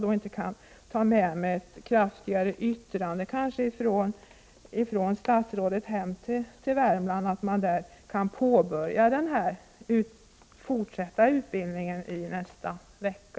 Jag hade hoppats på ett kraftfullare yttrande från statsrådet som är av den arten att jag hade kunnat säga hemma i Värmland att man kan fortsätta med utbildningen nästa vecka.